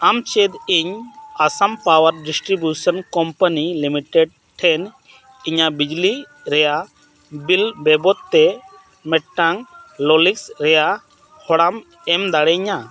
ᱟᱢ ᱪᱮᱫ ᱤᱧ Assam power distribution company limited ᱴᱷᱮᱱ ᱤᱧᱟᱹᱜ ᱵᱤᱡᱽᱞᱤ ᱨᱮᱭᱟᱜ ᱵᱤᱞ ᱵᱟᱵᱚᱫᱽ ᱛᱮ ᱢᱤᱫᱴᱟᱱ ᱞᱟᱹᱞᱤᱥ ᱨᱮᱭᱟᱜ ᱦᱚᱨᱟᱢ ᱮᱢ ᱫᱟᱲᱮᱭᱤᱧᱟ